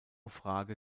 frage